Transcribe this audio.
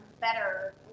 better